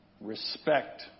Respect